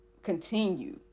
continue